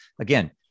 Again